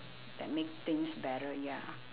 that make things better ya